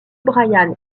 bryan